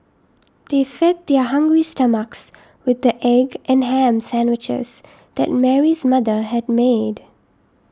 they fed their hungry stomachs with the egg and ham sandwiches that Mary's mother had made